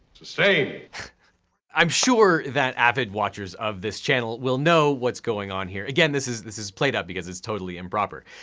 sustained! i'm sure that avid watchers of this channel will know what's going here. again, this is this is played up because it's totally improper.